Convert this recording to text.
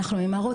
אנחנו ממהרות,